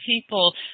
people